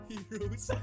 Heroes